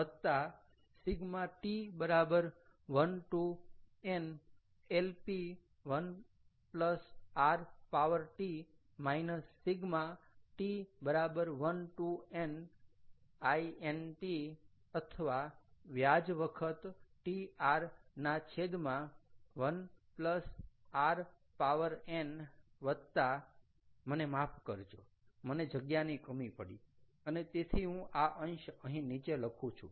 વત્તા Ʃ t 1 to n LP 1 rt Ʃ t 1 to n Int અથવા વ્યાજ વખત TR ના છેદમાં 1 rn વત્તા મને માફ કરજો મને જગ્યાની કમી પડી અને તેથી હું આ અંશ અહીં નીચે લખું છું